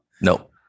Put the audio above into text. No